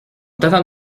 t’attend